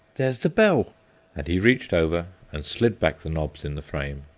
there's the bell and he reached over and slid back the knobs in the frame,